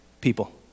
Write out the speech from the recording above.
people